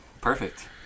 Perfect